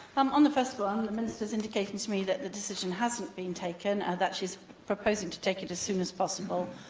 am on the first one, the minister's indicating to me that the decision hasn't been taken, and that she's proposing to take it as soon as possible.